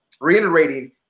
reiterating